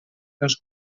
dels